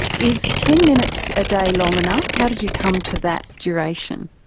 is ten minutes a day long enough? how did you come to that duration?